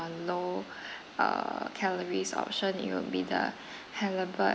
uh low uh calories option it will be the halibut